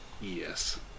Yes